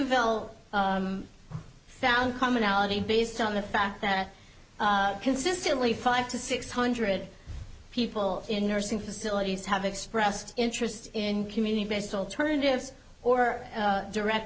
whoville found commonality based on the fact that consistently five to six hundred people in nursing facilities have expressed interest in community based alternatives or direct